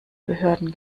behörden